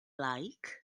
like